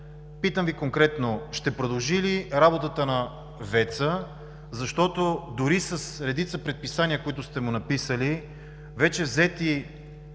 Питам Ви конкретно: ще продължи ли работата на ВЕЦ-а, защото дори и с редица предписания, които сте му написали, след вече